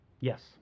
Yes